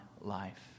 life